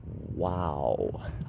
wow